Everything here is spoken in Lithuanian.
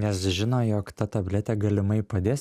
nes žino jog ta tabletė galimai padės